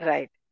Right